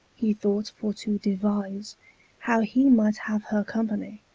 he thought for to devise how he might have her companye,